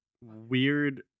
weird